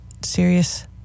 serious